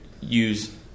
use